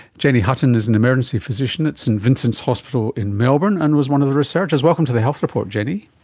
jennie hutton is an emergency physician at st vincent's hospital in melbourne and was one of the researchers. welcome to the health report, jennie.